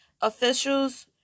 officials